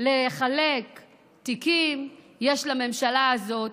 לחלק תיקים יש לממשלה הזאת.